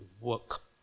work